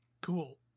cool